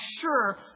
sure